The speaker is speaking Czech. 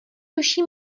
duši